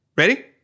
ready